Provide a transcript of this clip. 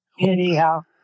Anyhow